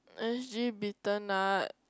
s_g bitter nut